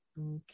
Okay